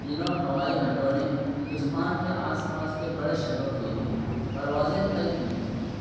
تینوں ہوائی اڈوں نے ہندوستان کے آس پاس کے بڑے شہروں کے لیے پروازیں طے کی ہیں